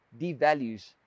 devalues